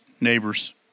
neighbors